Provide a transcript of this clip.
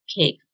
cake